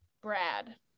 Brad